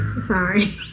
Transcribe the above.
Sorry